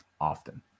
often